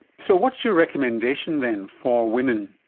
so what's your recommendation then for women?